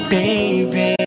Baby